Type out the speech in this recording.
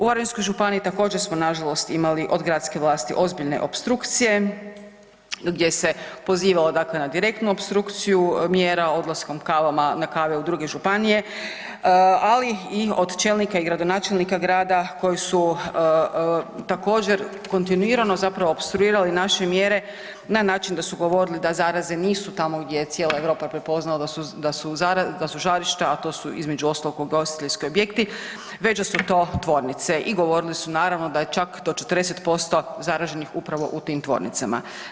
U Varaždinskoj županiji također smo nažalost imali od gradske vlasati ozbiljne opstrukcije gdje se pozivalo na direktnu opstrukciju mjera odlaskom … na kave u druge županije, ali i od čelnika i gradonačelnika grada koji su također kontinuirano opstruirali naše mjere na način da su govorili da zaraze nisu tamo gdje je cijela Europa prepoznala da su žarišta, a to su između ostalog … ugostiteljski objekti već da su to tvornice i govorili su naravno da je čak do 40% zaraženih upravo u tim tvornicama.